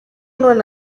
known